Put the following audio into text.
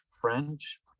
French